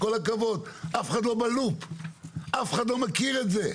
כל הכבוד, אף אחד לא בלופ, אף אחד לא מכיר את זה,